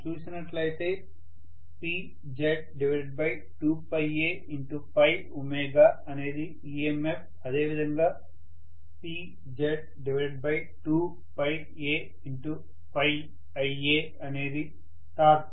మనం చూసినట్లయితే PZ2a అనేది EMF అదేవిధంగా PZ2aIa అనేది టార్క్